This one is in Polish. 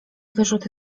wyrzuty